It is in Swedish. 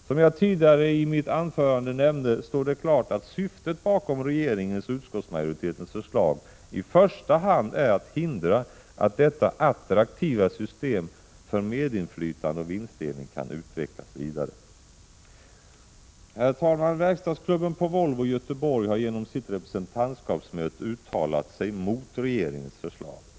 Som jag tidigare i mitt anförande nämnde står det klart att syftet bakom regeringens och utskottsmajoritetens förslag i första hand är att hindra detta attraktiva system för medinflytande och vinstdelning att utvecklas vidare. Herr talman! Verkstadsklubben på Volvo i Göteborg har genom sitt representantskapsmöte uttalat sig mot regeringens förslag.